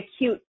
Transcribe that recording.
acute